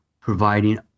providing